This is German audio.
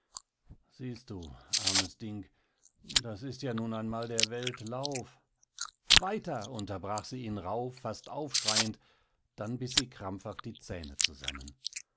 siehst du armes ding das ist ja nun einmal so der welt lauf weiter unterbrach sie ihn rauh fast aufschreiend dann biß sie krampfhaft die zähne zusammen